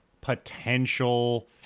potential